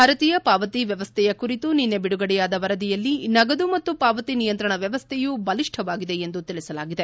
ಭಾರತೀಯ ಪಾವತಿ ವ್ಹವಸ್ನೆಯ ಕುರಿತು ನಿನ್ನೆ ಬಿಡುಗಡೆಯಾದ ವರದಿಯಲ್ಲಿ ನಗದು ಮತ್ತು ಪಾವತಿ ನಿಯಂತ್ರಣ ಮ್ನವಸ್ಥೆಯೂ ಬಲಿಷ್ಟವಾಗಿದೆ ಎಂದು ತಿಳಿಸಲಾಗಿದೆ